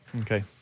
okay